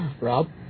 Rob